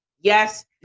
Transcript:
yes